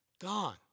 gone